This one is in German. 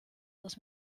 was